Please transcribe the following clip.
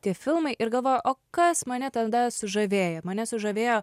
tie filmai ir galvoju o kas mane tada sužavėjo mane sužavėjo